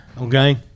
Okay